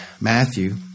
Matthew